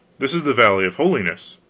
this is the valley of holiness.